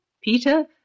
Peter